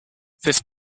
this